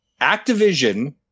Activision